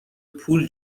پول